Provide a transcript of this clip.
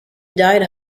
died